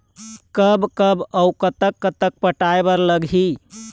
कब कब अऊ कतक कतक पटाए बर लगही